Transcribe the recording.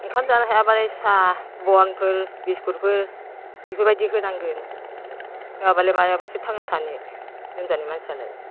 ओंखाम जानो हायाब्लालाय साहा बनफोर बिस्किटफोर बिफोरबायदि होनांगोन नङाब्लालाय माजोंथो थांना थानो लोमजानाय मानसियालाय